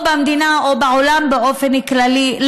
במדינה או בעולם באופן כללי,